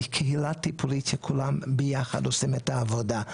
יש קהילה טיפולית שכולם ביחד עושים את העבודה.